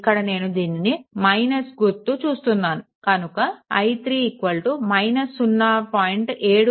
ఇక్కడ నేను దీనిని - గుర్తు చేస్తున్నాను కనుక i3 0